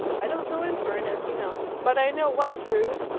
i don't go in for it, as you know. but i know what's rude.